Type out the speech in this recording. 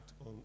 on